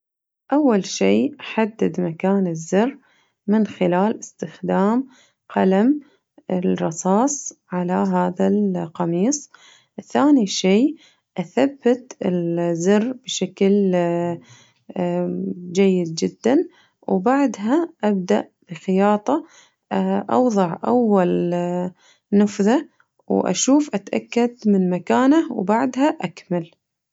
أول شي أحدد مكان الزر من خلال استخدام قلم الرصاص على هذا القميص ثاني شي أثبت الزر بشكل جيد جداً وبعدها أبدأ الخياطة أوضع أول نفذة وأشوف أتأكد من مكانه وبعدها أكمل.